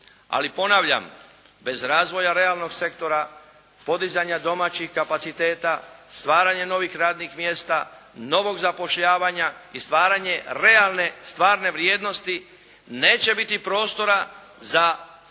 Ali ponavljam bez razvoja realnog sektora, podizanja domaćih kapaciteta, stvaranja novih radnih mjesta, novog zapošljavanja i stvaranje realne, stvarne vrijednosti neće biti prostora za